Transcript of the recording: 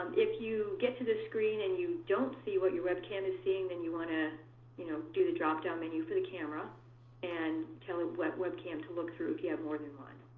if you get to the screen, and you don't see what your webcam is seeing, then you want to you know do the drop-down and menu for the camera and tell it what webcam to look through if you have more than one.